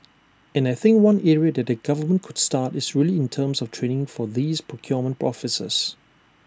and I think one area that the government could start is really in terms of training for these procurement officers